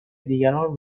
دیگران